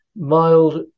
mild